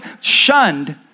shunned